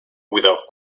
without